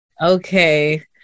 Okay